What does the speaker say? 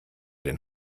den